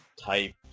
type